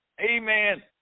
Amen